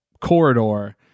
corridor